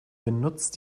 benutzt